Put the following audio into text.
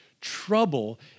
trouble